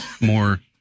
more